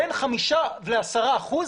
בין חמישה ל-10 אחוזים,